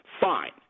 fine